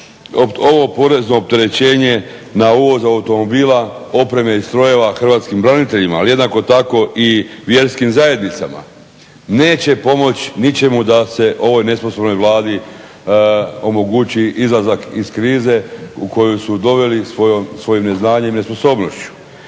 ovo porezno opterećenje na uvoz automobila, opreme i strojeva hrvatskim braniteljima, ali jednako tako i vjerskim zajednicama, neće pomoći ničemu da se ovoj nesposobnoj Vladi omogući izlazak iz krize u koju su doveli svojim neznanjem i nesposobnošću.